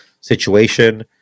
situation